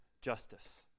justice